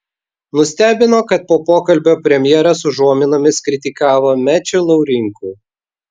nustebino kad po pokalbio premjeras užuominomis kritikavo mečį laurinkų